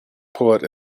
poet